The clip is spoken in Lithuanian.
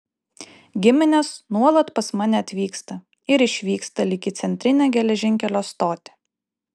giminės nuolat pas mane atvyksta ir išvyksta lyg į centrinę geležinkelio stotį